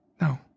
No